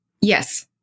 yes